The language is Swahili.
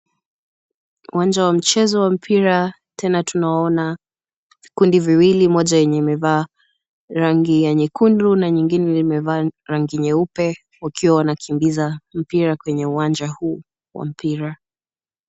Uwanja wa mchezo wa mpira tena tunaona vikundi viwili moja yenye imevaa rangi ya nyekundu na nyingine imevaa rangi nyeupe wakiwa wanakimbiza mpira kwenye uwanja huu wa mpira.